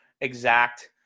exact